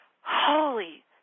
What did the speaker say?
holy